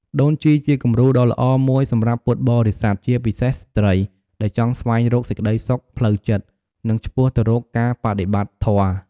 ដូនជីជាគំរូដ៏ល្អមួយសម្រាប់ពុទ្ធបរិស័ទ ជាពិសេសស្ត្រី ដែលចង់ស្វែងរកសេចក្តីសុខផ្លូវចិត្ត និងឆ្ពោះទៅរកការបដិបត្តិធម៌។